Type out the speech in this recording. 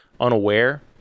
unaware